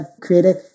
created